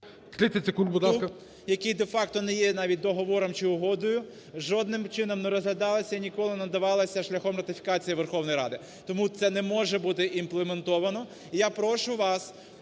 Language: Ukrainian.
30 секунд, будь ласка.